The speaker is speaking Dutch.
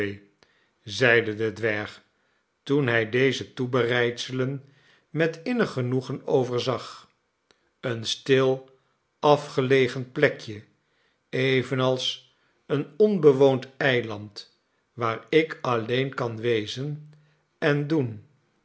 zeide de dwerg toen hij deze toebereidselen met innig genoegen overzag een stil afgelegen plekje evenals een onbewoond eiland waar ik alleen kan wezen en doen